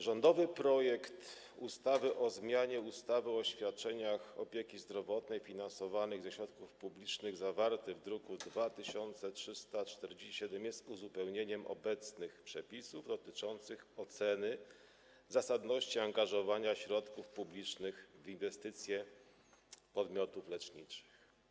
Rządowy projekt ustawy o zmianie ustawy o świadczeniach opieki zdrowotnej finansowanych ze środków publicznych, zawarty w druku nr 2347, jest uzupełnieniem obecnych przepisów dotyczących oceny zasadności angażowania środków publicznych w inwestycje podmiotów leczniczych.